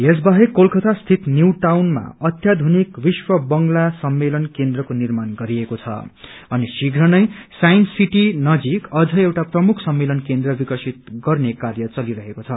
यस बाहेक कोलकता स्थित न्यू टाउनमा अत्याधुकि विश्व बंगला सम्मेलन केन्द्रको निर्माण गरिएको छ अनि शीघ्र नै साइन्स सिटी नजिक अझ एउटा प्रमुख सम्मेलन केन्द्र विकसित गर्ने कार्य चलिरहेको छ